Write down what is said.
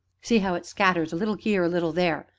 see how it scatters a little here, a little there